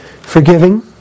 Forgiving